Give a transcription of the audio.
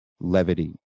levity